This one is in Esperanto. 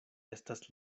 estas